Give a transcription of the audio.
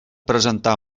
presentar